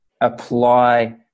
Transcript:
apply